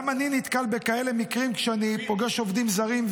גם אני נתקל בכאלה מקרים כשאני פוגש עובדים זרים,